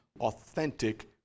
authentic